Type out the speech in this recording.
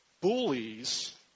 bullies